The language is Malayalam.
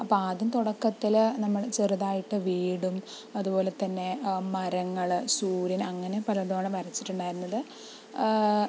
അപ്പോൾ ആദ്യം തുടക്കത്തില് നമ്മള് ചെറുതായിട്ട് വീടും അതുപോലെതന്നെ മരങ്ങൾ സൂര്യൻ അങ്ങനെ പലതുമാണ് വരച്ചിട്ടുണ്ടായിരുന്നത്